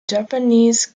japanese